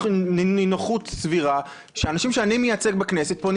בנינוחות סבירה שאנשים שאני מייצג בכנסת פונים